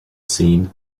scene